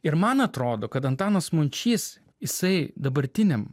ir man atrodo kad antanas mončys jisai dabartiniam